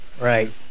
Right